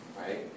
right